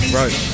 right